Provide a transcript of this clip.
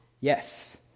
yes